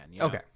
Okay